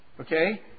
okay